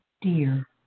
Dear